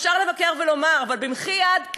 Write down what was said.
אפשר לבקר ולומר, אבל במחי יד?